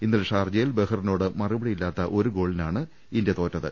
ഇന്നലെ ഷാർജയിൽ ബെഹ്റിനോട് മറുപടിയില്ലാത്ത ഒരു ഗോളി നാണ് ഇന്ത്യ തോറ്റത്